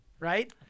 Right